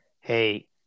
hey